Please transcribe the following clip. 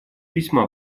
весьма